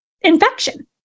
infection